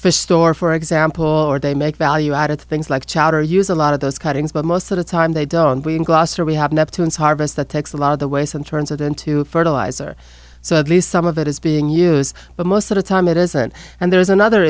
fish store for example or they make value out of things like chowder use a lot of those cuttings but most of the time they don't weigh in gloucester we have neptune's harvest that takes a lot of the waste and turns it into fertilizer so at least some of it is being used but most of the time it isn't and there's another